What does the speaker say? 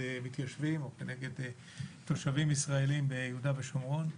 מתיישבים או נגד תושבים ישראלים ביהודה ושומרון.